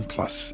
Plus